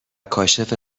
کاشف